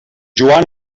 joan